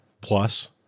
plus